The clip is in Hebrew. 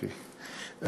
אוקיי,